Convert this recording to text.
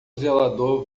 zelador